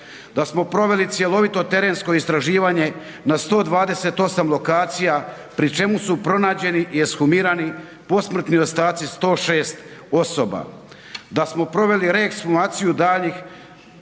Da smo proveli cjelovito terensko istraživanje na 128 lokacija pri čemu su pronađeni i ekshumirani posmrtni ostaci 106 osoba, da smo proveli reekshumaciju daljnjih